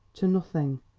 to nothing.